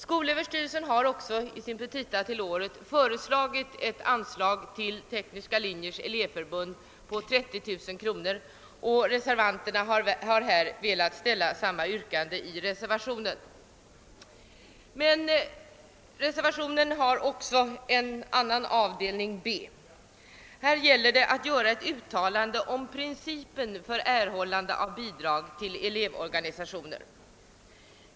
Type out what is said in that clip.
Skolöverstyrelsen har i sina petita för året föreslagit ett anslag till Tekniska linjers elevförbund på 30000 kr., och vi har velat framställa samma yrkande i reservationen. Det finns emellertid också en reservation 2 b. Här gäller det att göra ett uttalande om principen för fördelningen av bidrag till elevorganisationer.